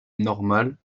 normal